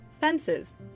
Fences